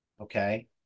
okay